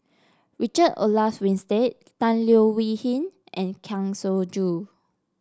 Richard Olaf Winstedt Tan Leo Wee Hin and Kang Siong Joo